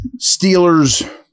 Steelers